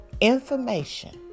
information